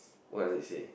what does it say